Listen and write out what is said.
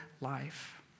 life